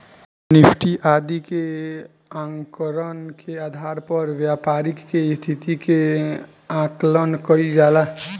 Nifty आदि के आंकड़न के आधार पर व्यापारि के स्थिति के आकलन कईल जाला